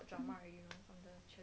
!huh! really